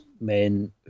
men